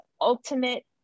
ultimate